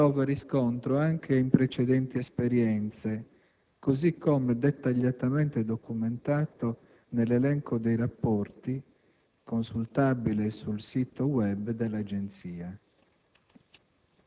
trova riscontro anche in precedenti esperienze, così come dettagliatamente documentato nell'elenco dei rapporti consultabile sul sito *web* dell'Agenzia.